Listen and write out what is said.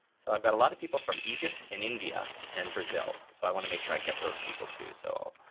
so i've got a lot of people from egypt and india and brazil, so i want to make sure i get those people too so,